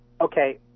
Okay